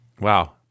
Wow